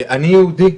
אני יהודי,